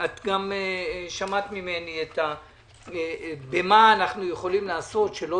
גם שמעת ממני במה אנו יכולים לעשות שלא